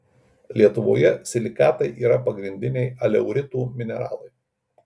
lietuvoje silikatai yra pagrindiniai aleuritų mineralai